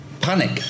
Panic